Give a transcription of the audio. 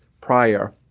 prior